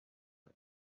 است